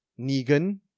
Negan